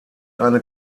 eine